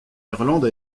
irlande